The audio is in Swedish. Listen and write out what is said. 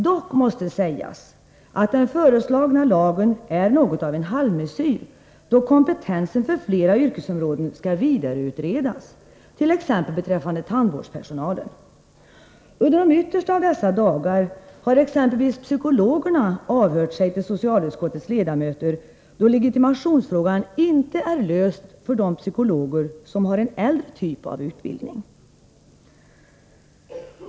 Dock måste sägas att den föreslagna lagen är något av en halvmesyr, då kompetensen för flera yrkesområden skall vidareutredas, t.ex. beträffande tandvårdspersonalen. Under de yttersta av dessa dagar har exempelvis psykologerna avhört sig till socialutskottets ledamöter, då legitimationsfrågan inte är löst för de psykologer som har en äldre typ av utbildning.